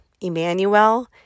Emmanuel